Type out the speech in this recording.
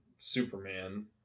Superman